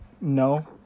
No